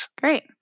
Great